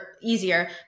easier